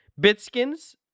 Bitskins